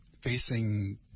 facing